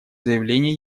заявление